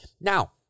now